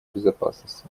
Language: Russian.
безопасности